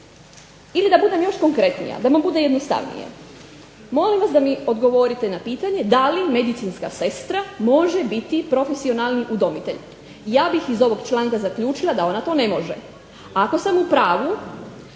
Ili da budem još konkretnija, da vam bude jednostavnije, molim vas da mi odgovorite na pitanje da li medicinska sestra može biti profesionalni udomitelj? Ja bih iz ovog članka zaključila da ona to ne može. A ako sam u pravu